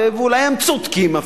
ואולי הם אפילו צודקים,